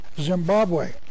Zimbabwe